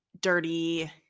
dirty